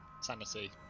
sanity